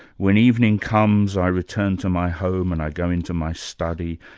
when evening comes i return to my home, and i go into my study,